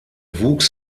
wuchs